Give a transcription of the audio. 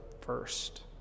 first